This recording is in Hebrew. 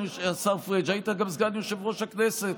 היית גם סגן יושב-ראש הכנסת,